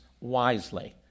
wisely